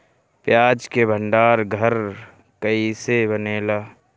प्याज के भंडार घर कईसे बनेला?